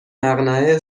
مقنعه